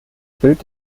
bild